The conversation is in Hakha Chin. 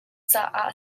caah